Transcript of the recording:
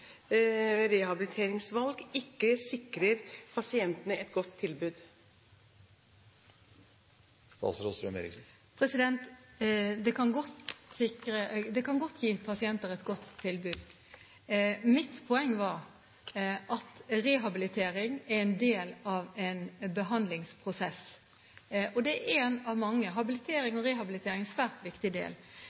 godt tilbud? Det kan godt gi pasienter et godt tilbud. Mitt poeng var at rehabilitering er en del av en behandlingsprosess. Det er en av mange deler. Habilitering og rehabilitering er en svært viktig del.